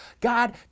God